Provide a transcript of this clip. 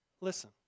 Listen